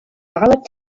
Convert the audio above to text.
valid